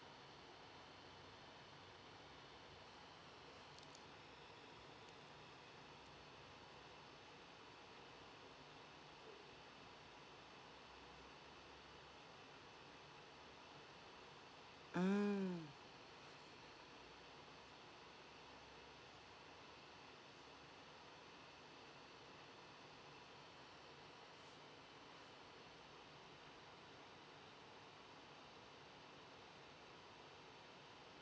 mm